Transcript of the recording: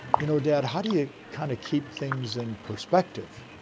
you know, dad, how do you kind of keep things in perspective?